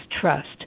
trust